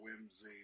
whimsy